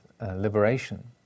liberation